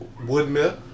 Woodmill